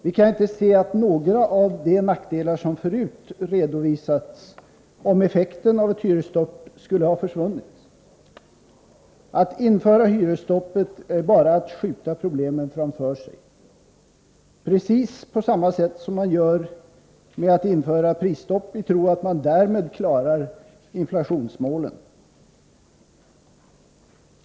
Vi kan inte se att några av de nackdelar vi förut redovisat när det gäller effekten av ett hyresstopp skulle ha försvunnit. Att införa hyresstopp är bara att skjuta problemen framför sig — precis på samma sätt som man gör genom att införa prisstopp i tron att man därmed klarar inflationsmålen.